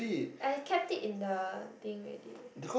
I kept it in the thing already